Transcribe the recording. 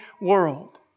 world